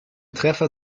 treffer